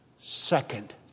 Second